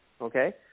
Okay